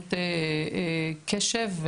שעות בקשב,